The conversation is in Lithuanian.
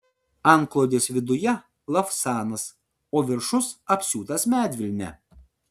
antklodės viduje lavsanas o viršus apsiūtas medvilne